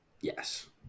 Yes